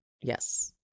Yes